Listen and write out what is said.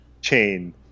chain